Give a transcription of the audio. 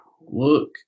look